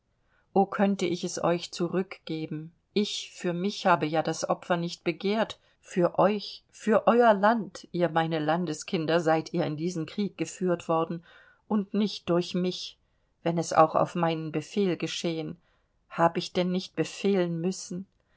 o könnte ich es euch zurückgeben ich für mich habe ja das opfer nicht begehrt für euch für euer land ihr meine landeskinder seid ihr in diesen krieg geführt worden und nicht durch mich wenn es auch auf meinen befehl geschehen hab ich denn nicht befehlen müssen